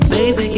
Baby